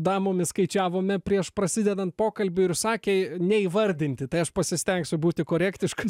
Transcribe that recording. damomis skaičiavome prieš prasidedant pokalbiui ir sakė neįvardinti tai aš pasistengsiu būti korektiškas